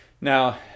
Now